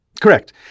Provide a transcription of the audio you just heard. Correct